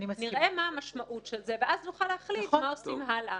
נראה מה המשמעות של זה ואז נוכל להחליט מה עושים הלאה.